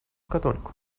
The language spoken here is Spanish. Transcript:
católico